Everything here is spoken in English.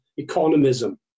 economism